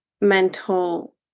mental